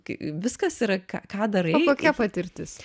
kai viskas yra ką darai kokia patirtis